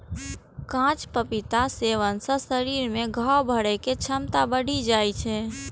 कांच पपीताक सेवन सं शरीर मे घाव भरै के क्षमता बढ़ि जाइ छै